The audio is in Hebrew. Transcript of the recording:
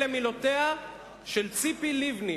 אלה מילותיה של ציפי לבני,